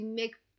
make